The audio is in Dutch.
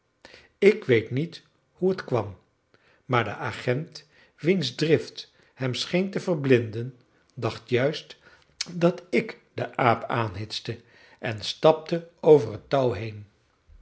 ik weet niet hoe het kwam maar de agent wiens drift hem scheen te verblinden dacht juist dat ik den aap aanhitste en stapte over het touw heen